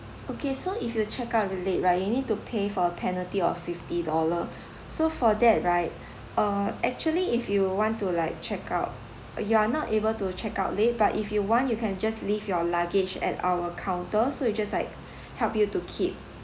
okay so if you check out very late right you need to pay for a penalty of fifty dollar so for that right uh actually if you want to like check out uh you are not able to check out late but if you want you can just leave your luggage at our counter so we just like help you to keep